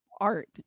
art